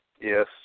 Yes